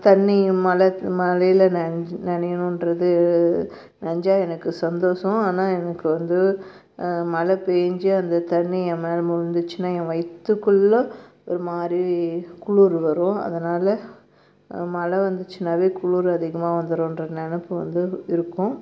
தண்ணிங்க மலை மழையில நனஞ்சி நனையணும்ன்றது நனஞ்சா எனக்கு சந்தோசம் ஆனால் எனக்கு வந்து மழை பெஞ்சி அந்த தண்ணி என் மேலே முலுந்துச்சின்னா என் வயித்துக்குள்ளே ஒரு மாதிரி குளிர் வரும் அதனால் மழை வந்துச்சினாவே குளிர் அதிகமாக வந்துரும்ற நினப்பு வந்து இருக்கும்